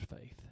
faith